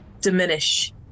diminish